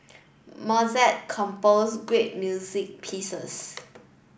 Mozart composed great music pieces